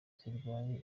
zirwaye